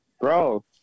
Bro